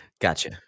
Gotcha